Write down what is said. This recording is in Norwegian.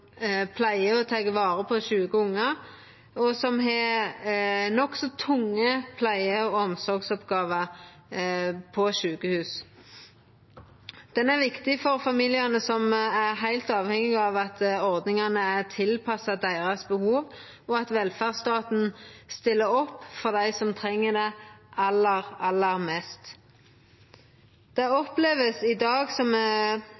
pleie- og omsorgsoppgåver på sjukehus. Han er viktig for familiane som er heilt avhengige av at ordningane er tilpassa deira behov, og at velferdsstaten stiller opp for dei som treng det aller, aller mest. Det vert i dag opplevd som ei